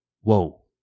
whoa